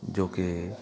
ਜੋ ਕਿ